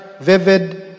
vivid